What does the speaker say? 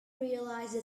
realize